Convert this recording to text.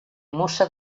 mossa